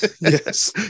Yes